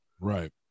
right